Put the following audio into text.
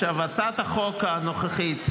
הצעת החוק הנוכחית,